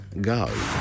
go